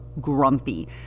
grumpy